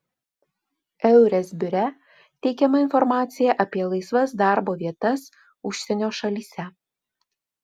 eures biure teikiama informacija apie laisvas darbo vietas užsienio šalyse